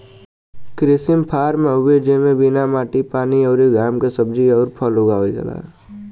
कृत्रिम फॉर्म हवे जेमे बिना माटी पानी अउरी घाम के सब्जी अउर फल उगावल जाला